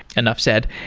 enough said.